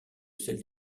celles